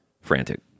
Frantic